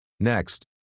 Next